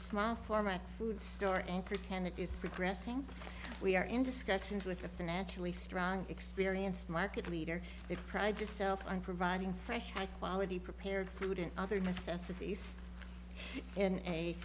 small format food store and pretend it is progressing we are in discussions with the financially strong experienced market leader that prides itself on providing fresh high quality prepared food and other necessities in a